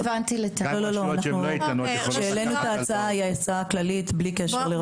זו הצעה כללית בלי קשר לרשות איתנה.